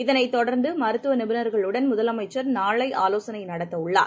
இதனைத் தொடர்ந்துமருத்துவநிபுணர்களுடனும் முதலமைச்சர் நாளைஆவோசனைநடத்தவுள்ளார்